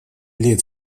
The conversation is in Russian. лет